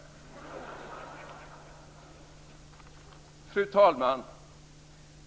Fru talman!